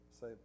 say